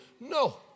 No